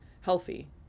Healthy